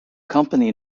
company